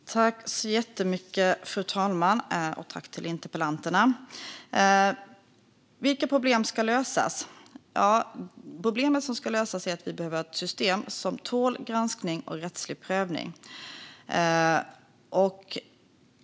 Fru talman! Jag tackar interpellanten och övriga deltagare. Vilka problem ska lösas? Ja, problemet som ska lösas är att vi behöver ha ett system som tål granskning och rättslig prövning.